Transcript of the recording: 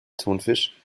thunfisch